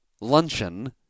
luncheon